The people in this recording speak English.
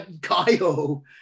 Kyle